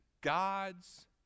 God's